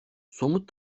somut